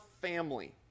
family